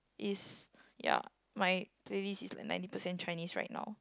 is ya my playlist is like ninety percent Chinese right now